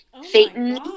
Satan